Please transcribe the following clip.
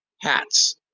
hats